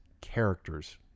characters